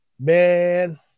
man